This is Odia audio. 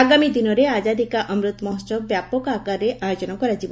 ଆଗାମୀ ଦିନରେ ଆକାଦି କା ଅମୃତ ମହୋହବ ବ୍ୟାପକ ଆକାରରେ ଆୟୋଜନ କରାଯିବ